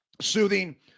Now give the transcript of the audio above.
soothing